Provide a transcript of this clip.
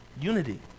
Unity